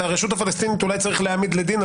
את הרשות הפלסטינית אולי צריך להעמיד לדין,